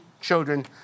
children